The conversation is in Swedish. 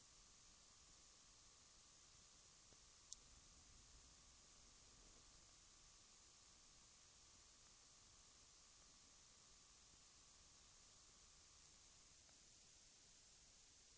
Därför är det riktigt att vänta och avvakta vad den utredningen kommer fram till. Vi hyser dock den uppfattningen att riksdagen redan nu skall ge till känna att dessa frågor bör övervägas. Skall företagshälsovården fungera ordentligt i fortsättningen, är det nödvändigt att se över även de statsbidragsregler som f.n. finns.